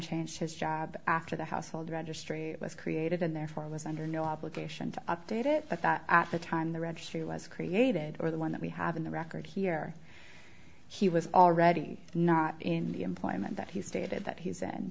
changed his job after the household registry it was created and therefore was under no obligation to update it but that at the time the registry was created or the one that we have in the record here he was already not in the employment that he stated that he's in